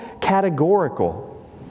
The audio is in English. categorical